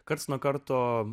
karts nuo karto